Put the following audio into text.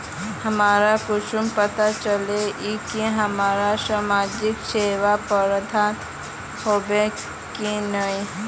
हमरा कुंसम पता चला इ की हमरा समाजिक सेवा प्रदान होबे की नहीं?